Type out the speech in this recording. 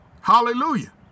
Hallelujah